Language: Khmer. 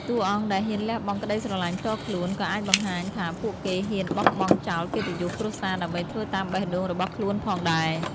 តួអង្គដែលហ៊ានលះបង់ក្តីស្រឡាញ់ផ្ទាល់ខ្លួន ក៏អាចបង្ហាញថាពួកគេហ៊ានបោះបង់ចោលកិត្តិយសគ្រួសារដើម្បីធ្វើតាមបេះដូងរបស់ខ្លួនផងដែរ។